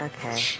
Okay